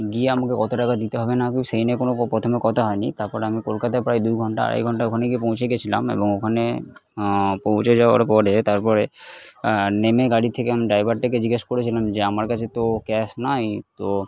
গিয়ে আমাকে কত টাকা দিতে হবে না কি সেই নিয়ে কোনো প্রথমে কথা হয় নি তারপর আমি কলকাতায় প্রায় দুই ঘন্টা আড়াই ঘন্টা ওখানে গিয়ে পৌঁছে গেছিলাম এবং ওখানে পোঁছে যাওয়ার পরে তারপরে নেমে গাড়ি থেকে আমি ডাইভারটাকে জিজ্ঞেস করেছিলাম যে আমার কাছে তো ক্যাশ নাই তো